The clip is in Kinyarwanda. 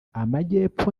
amajyepfo